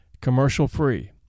commercial-free